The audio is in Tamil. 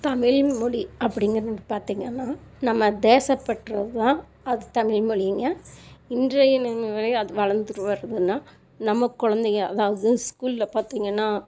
தமிழ் மொழி அப்படிங்கிறது பார்த்திங்கன்னா நம்ம தேசப்பற்று தான் அது தமிழ் மொழிங்க இன்றைய அது வளர்ந்துட்டு வருதுன்னா நம்ம கொழந்தைங்க அதாவது ஸ்கூலில் பார்த்திங்கன்னா